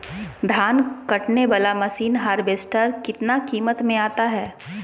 धान कटने बाला मसीन हार्बेस्टार कितना किमत में आता है?